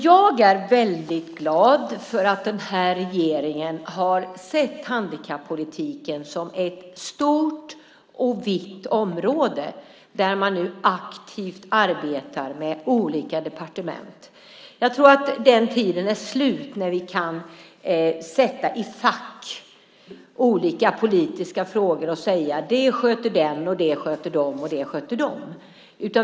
Jag är glad för att den här regeringen har sett handikappolitiken som ett stort och vitt område där man nu aktivt arbetar med olika departement. Jag tror att den tiden är slut då vi kan sätta olika politiska frågor i fack och säga: Det sköter den, det sköter de och det sköter de.